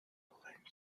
rolling